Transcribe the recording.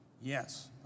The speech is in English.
Yes